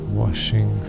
washing